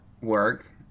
Work